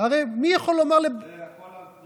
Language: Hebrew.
הרי מי יכול לומר, מה פתאום.